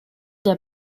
der